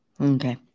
Okay